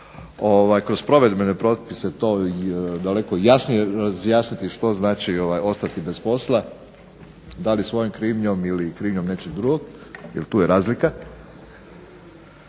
kroz provedbene propise to daleko jasnije razjasniti što znači ostati bez posla, da li svojom krivnjom ili krivnjom nečeg drugog, jer tu je razlika,